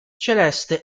celeste